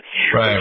Right